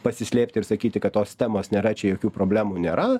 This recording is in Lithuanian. pasislėpti ir sakyti kad tos temos nėra čia jokių problemų nėra